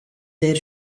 their